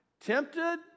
tempted